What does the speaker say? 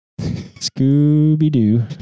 Scooby-Doo